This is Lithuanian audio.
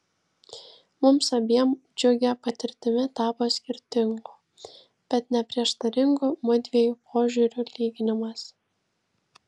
mums abiem džiugia patirtimi tapo skirtingų bet ne prieštaringų mudviejų požiūrių lyginimas